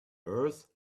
earth